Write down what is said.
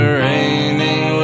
raining